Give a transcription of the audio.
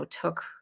took